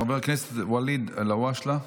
חבר הכנסת ואליד אלהואשלה.